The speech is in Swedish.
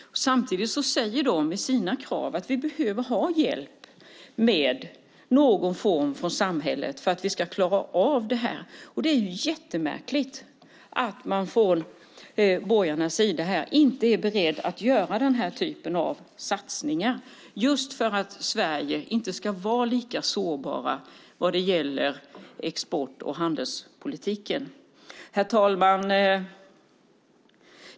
Samtidigt säger de i sina krav att de behöver hjälp från samhället i någon form för att klara av detta. Det är mycket märkligt att man från borgarnas sida inte är beredd att göra den typen av satsning så att Sverige inte ska vara lika sårbart beträffande export och handelspolitiken. Herr talman!